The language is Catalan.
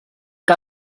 què